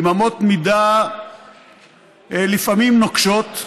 עם אמות מידה נוקשות לפעמים,